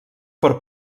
per